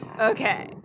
Okay